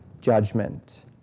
judgment